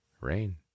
Rain